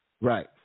Right